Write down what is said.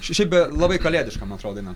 šiaip beje labai kalėdiška man atrodo daina